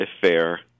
fair